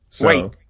Wait